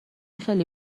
خیلی